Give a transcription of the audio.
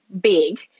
big